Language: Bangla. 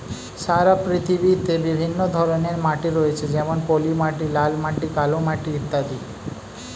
সারা পৃথিবীতে বিভিন্ন ধরনের মাটি রয়েছে যেমন পলিমাটি, লাল মাটি, কালো মাটি ইত্যাদি